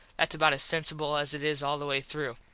thats about as censible as it is all the way through.